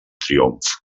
triomf